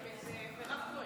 זה מירב כהן.